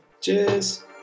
Cheers